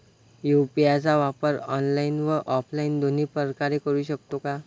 UPI चा वापर online व ऑफलाईन दोन्ही प्रकारे करु शकतो का?